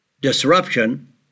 disruption